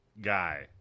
guy